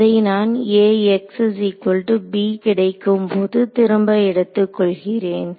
அதை நான் கிடைக்கும்போது திரும்ப எடுத்துக் கொள்கிறேன்